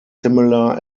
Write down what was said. similar